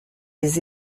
les